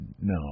No